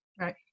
Right